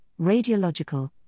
radiological